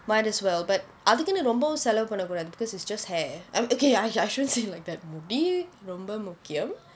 might as well but அதுக்குன்னு ரொம்ப செலவு பண்ண கூடாது:athukkunnu romba selavu panna kudaathu because is just hair I mean okay I I shouldn't say it like that முடி ரொம்ப முக்கியம்:mudi romba mukkiyam